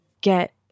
get